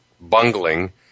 bungling